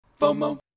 FOMO